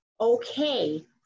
okay